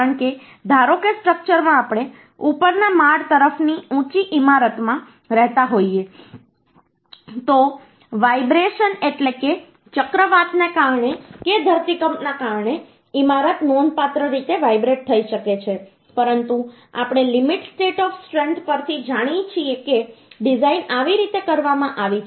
કારણ કે ધારો કે સ્ટ્રક્ચરમાં આપણે ઉપરના માળ તરફની ઊંચી ઈમારતમાં રહેતા હોઈએ તો વાઈબ્રેશન એટલે કે ચક્રવાતને કારણે કે ધરતીકંપના કારણે ઈમારત નોંધપાત્ર રીતે વાઈબ્રેટ થઈ શકે છે પરંતુ આપણે લિમિટ સ્ટેટ ઓફ સ્ટ્રેન્થ પરથી જાણીએ છીએ કે ડિઝાઈન આવી રીતે કરવામાં આવી છે